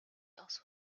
also